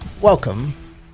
Welcome